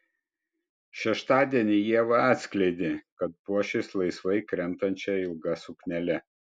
šeštadienį ieva atskleidė kad puošis laisvai krentančia ilga suknele